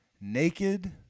Naked